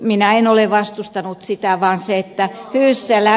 minä en ole vastustanut sitä vaan se että siellä